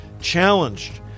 challenged